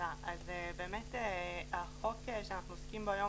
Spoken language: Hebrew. אז באמת החוק שאנחנו עוסקים בו היום,